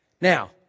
Now